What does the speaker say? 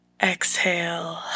Exhale